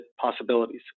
possibilities